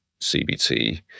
CBT